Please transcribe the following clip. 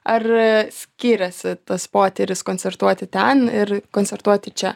ar skiriasi tas potyris koncertuoti ten ir koncertuoti čia